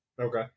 Okay